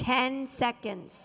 ten seconds